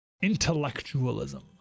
intellectualism